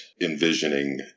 envisioning